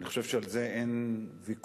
אני חושב שעל זה אין ויכוח,